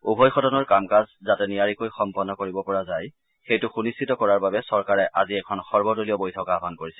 উভয় সদনৰ কাম কাজ যাতে নিয়াৰিকৈ সম্পন্ন কৰিবপৰা যায় সেইটো সুনিশ্চিত কৰাৰ বাবে চৰকাৰে আজি এখন সৰ্বদলীয় বৈঠক আয়ন কৰিছে